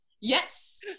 yes